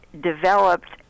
developed